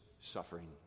suffering